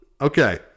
Okay